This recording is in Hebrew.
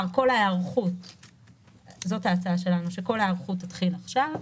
אנחנו מציעים שכל ההיערכות תתחיל עכשיו,